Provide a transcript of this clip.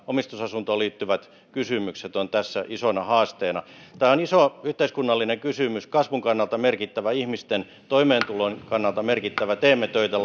omistusasuntoon liittyvät kysymykset isona haasteena tämä on iso yhteiskunnallinen kysymys kasvun kannalta merkittävä ihmisten toimeentulon kannalta merkittävä teemme töitä